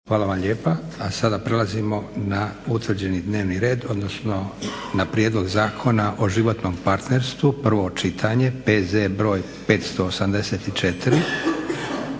Josip (SDP)** A sada prelazimo na utvrđeni dnevni red, odnosno na - Prijedlog zakona o životnom partnerstvu, prvo čitanje, PZ br. 584